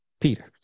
Peter